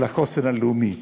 על החוסן הלאומי.